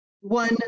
one